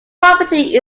property